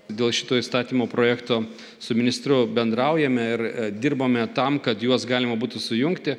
dėl šito įstatymo projekto su ministru bendraujame ir dirbome tam kad juos galima būtų sujungti